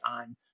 on